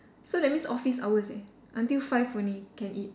so that means office hours eh until five only can eat